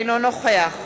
אינו נוכח